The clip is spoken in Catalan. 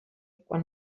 quan